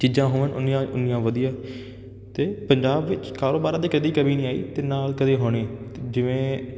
ਚੀਜ਼ਾਂ ਹੋਣ ਓਨੀਆਂ ਓਨੀਆਂ ਵਧੀਆ ਅਤੇ ਪੰਜਾਬ ਵਿੱਚ ਕਾਰੋਬਾਰਾਂ ਦੇ ਕਦੀ ਕਮੀ ਨਹੀਂ ਆਈ ਅਤੇ ਨਾ ਕਦੇ ਹੋਣੀ ਅਤੇ ਜਿਵੇਂ